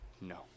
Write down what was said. No